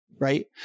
Right